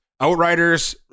Outriders